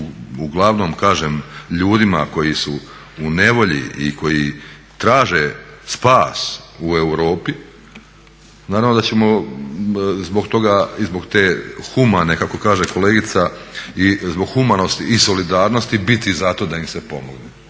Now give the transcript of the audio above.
uglavnom ljudima koji su u nevolji i koji traže spas u Europi, naravno da ćemo zbog toga i zbog te humane kako kaže kolegica i zbog humanosti i solidarnosti biti za to da im se pomogne